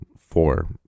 four